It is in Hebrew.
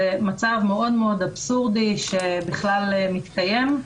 זה מצב מאוד-מאוד אבסורדי שבכלל מתקיים.